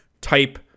type